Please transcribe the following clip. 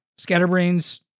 Scatterbrains